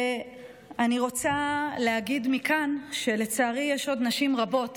אני רוצה להגיד מכאן שלצערי, יש עוד נשים רבות